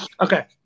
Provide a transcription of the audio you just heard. Okay